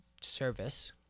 service